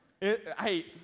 Hey